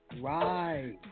Right